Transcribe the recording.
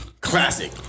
Classic